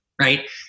right